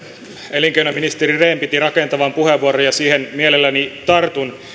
elinkeinoministeri rehn piti rakentavan puheenvuoron ja siihen mielelläni tartun